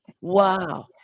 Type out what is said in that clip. Wow